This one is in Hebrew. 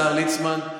השר ליצמן,